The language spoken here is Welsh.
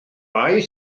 archwilio